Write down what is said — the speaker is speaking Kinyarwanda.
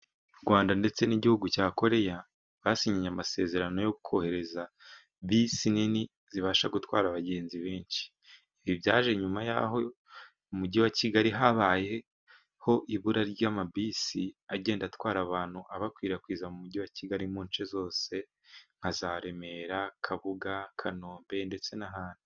Urwanda ndetse n'igihugu cya Koreya basinyanye amasezerano yo kohereza bisi nini zibasha gutwara abagenzi benshi. Ibi byaje nyuma y'aho mu mujyi wa Kigali habayeho ibura ry'amabisi agenda atwara abantu, abakwirakwiza mu mujyi wa Kigali mu nshe zose. Nka za Remera, Kabuga, kanombe ndetse n'ahandi.